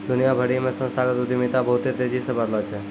दुनिया भरि मे संस्थागत उद्यमिता बहुते तेजी से बढ़लो छै